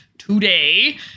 today